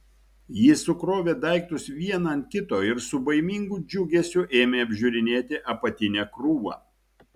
ji sukrovė daiktus vieną ant kito ir su baimingu džiugesiu ėmė apžiūrinėti apatinę krūvą